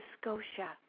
Scotia